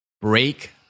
Break